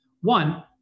One